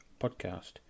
podcast